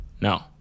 No